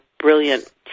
brilliant